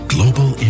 Global